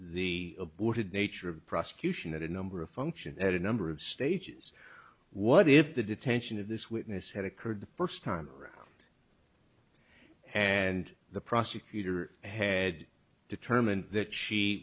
the aborted nature of prosecution that a number of function at a number of stages what if the detention of this witness had occurred the first time and the prosecutor had determined that she